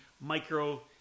Micro